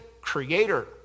creator